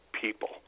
people